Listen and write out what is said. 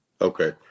Okay